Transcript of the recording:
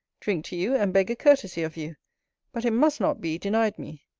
drink to you and beg a courtesy of you but it must not be denied me.